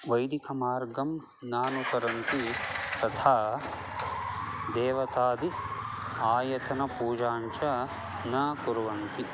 वैदिकमार्गं नानुसरन्ति तथा देवतादि आयतनपूजाञ्च न कुर्वन्ति